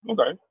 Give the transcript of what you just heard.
Okay